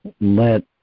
let